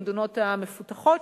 במדינות המפותחות,